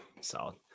Solid